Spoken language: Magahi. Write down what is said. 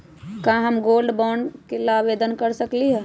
का हम गोल्ड बॉन्ड ला आवेदन कर सकली ह?